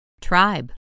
Tribe